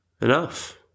enough